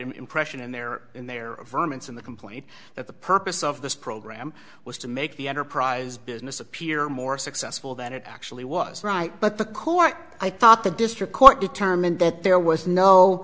impression and they're in there in the complaint that the purpose of this program was to make the enterprise business appear more successful than it actually was right but the court i thought the district court determined that there was no